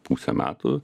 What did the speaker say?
pusę metų